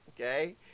Okay